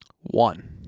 One